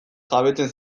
jabetzen